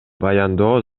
баяндоо